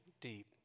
deep